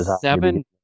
seven